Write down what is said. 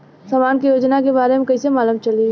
समाज के योजना के बारे में कैसे मालूम चली?